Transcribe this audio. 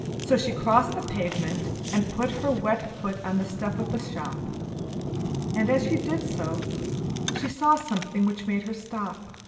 so she crossed the pavement and put her wet foot on the step of the shop and as she did so she saw something which made her stop.